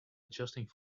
adjusting